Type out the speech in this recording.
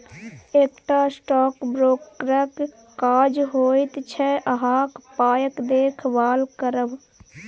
एकटा स्टॉक ब्रोकरक काज होइत छै अहाँक पायक देखभाल करब